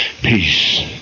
Peace